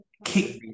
Kick